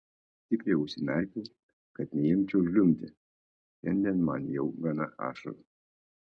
stipriai užsimerkiau kad neimčiau žliumbti šiandien man jau gana ašarų